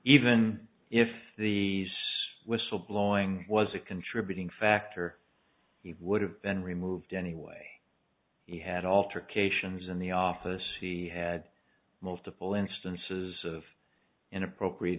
even if these whistle blowing was a contributing factor it would have been removed anyway he had alter cations in the office he had multiple instances of inappropriate